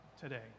today